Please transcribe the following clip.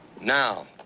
now